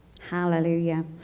Hallelujah